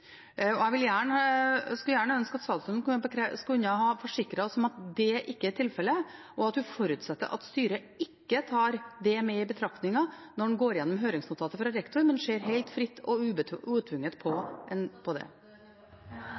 Jeg skulle ønske at statsråden kunne ha forsikret oss om at det ikke er tilfellet, og at hun forutsetter at styret ikke tar det med i betraktningen når de går igjennom høringsnotatet fra rektor, men ser helt fritt og utvunget på det. Jeg legger til grunn og forutsetter at styret tar sin beslutning etter en